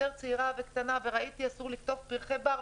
כשהייתי קטנה וראיתי שאסור לקטוף פרחי בר,